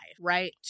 right